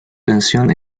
canción